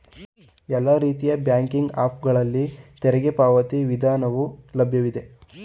ಎಲ್ಲಾ ರೀತಿಯ banking app ಗಳಲ್ಲಿ ತೆರಿಗೆ ಪಾವತಿ ವಿಧಾನವು ಲಭ್ಯವಿದೆ